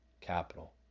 capital